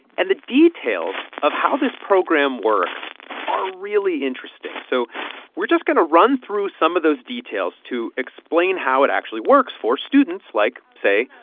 and the details of how this program works are really interesting, so we're just going to run through some of those details to explain how it actually works for students like, say,